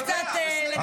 תן להם קצת לדבר.